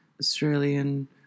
Australian